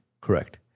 correct